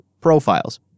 profiles